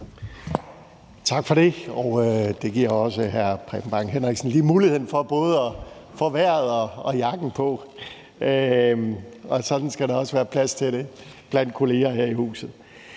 Tak for det. Det giver også hr. Preben Bang Henriksen muligheden for både lige at få vejret og få jakken på, og sådan skal det også være blandt kolleger her i huset.